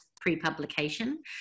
pre-publication